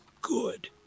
good